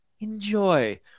Enjoy